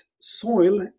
soil